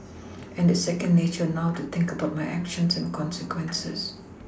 and it's second nature now to think about my actions and consequences